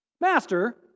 Master